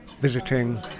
visiting